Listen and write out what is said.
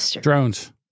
drones